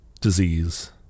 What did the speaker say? disease